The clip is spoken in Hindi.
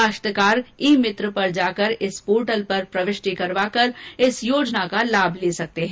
काश्तकार ई मित्र पर जाकर इस पोर्टल पर प्रविष्टि करवाकर इस योजना का लाभ ले सकते हैं